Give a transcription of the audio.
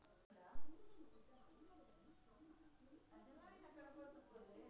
ಇಲ್ಲಿ ಸಿಗದ ಬಾಸುಮತಿ ಅಕ್ಕಿಯನ್ನು ಬೇರೆ ಜಿಲ್ಲೆ ಇಂದ ಆನ್ಲೈನ್ನಲ್ಲಿ ರೈತರಿಂದ ಸೀದಾ ಮನೆಗೆ ತರಿಸುವುದು ಹೇಗೆ?